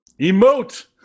Emote